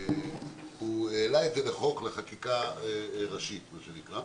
הוא העלה את זה בחוק לחקיקה ראשית, מה שנקרא.